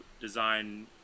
design